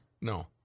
No